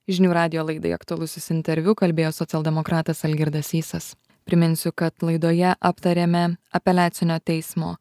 žinių radijo laidai aktualusis interviu kalbėjo socialdemokratas algirdas sysas priminsiu kad laidoje aptarėme apeliacinio teismo